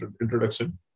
introduction